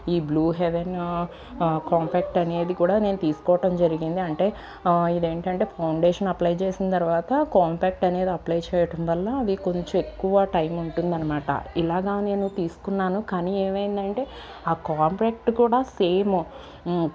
ఈ blue heaven compact అనేది కూడా నేను తీసుకోవటం జరిగింది అంటే ఇదేంటంటే ఫౌండేషన్ అప్లై చేసిన తర్వాత కాంపాక్ట్ అనేది అప్లై చేయటంవల్ల అది కొంచెం ఎక్కువ టైం ఉంటుందనమాట ఇలాగా నేను తీసుకున్నాను కానీ ఏమైందంటే కాంపాక్ట్ కూడా సేము